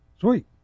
sweet